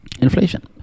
inflation